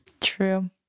True